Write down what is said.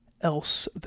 else